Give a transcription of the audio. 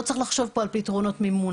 לא צריך לחשוב פה על פתרונות מימון,